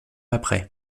après